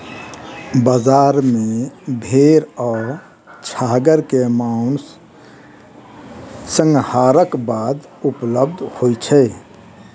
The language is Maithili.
बजार मे भेड़ आ छागर के मौस, संहारक बाद उपलब्ध होय छै